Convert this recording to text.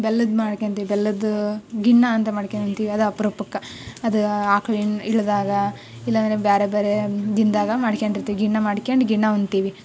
ಬೆಲ್ಲದ್ದು ಮಾಡ್ಕೊಂತಿವಿ ಬೆಲ್ಲದ್ದು ಗಿಣ್ಣ ಅಂತ ಮಾಡ್ಕೊಂತಿವಿ ಅದು ಅಪ್ರೂಪಕ್ಕೆ ಅದು ಹಾಕೊ ಎಣ್ಣೆ ಇಲ್ಲದಾಗ ಇಲ್ಲಾಂದರೆ ಬೇರೆ ಬೇರೆ ದಿನದಾಗ ಮಾಡ್ಕೊಂಡಿರ್ತಿವಿ ಗಿಣ್ಣ ಮಾಡ್ಕೊಂಡ್ ಗಿಣ್ಣ ಉಣ್ತೀವಿ